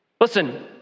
Listen